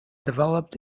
developed